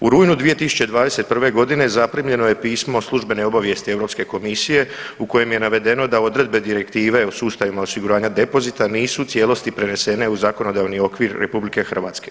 U rujnu 2021. godine zaprimljeno je pismo službene obavijesti Europske komisije u kojem je navedeno da odredbe Direktive o sustavima osiguranja depozita nisu u cijelosti prenesene u zakonodavni okvir RH.